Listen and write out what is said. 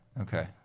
okay